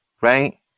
right